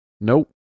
Nope